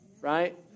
right